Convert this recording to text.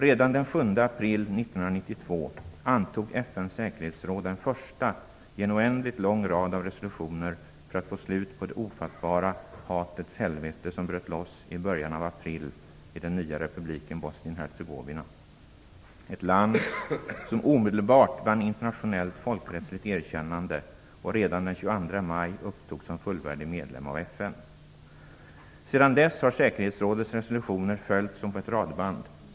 Redan den 7 april 1992 antog FN:s säkerhetsråd den första i en oändligt lång rad resolutioner för att få slut på det ofattbara hatets helvete som bröt loss i början av april i den nya republiken Bosnien-Hercegovina - ett land som omedelbart vann internationellt folkrättsligt erkännande och som redan den 22 maj upptogs som fullvärdig medlem av FN. Sedan dess har säkerhetsrådets resolutioner följt som på ett radband.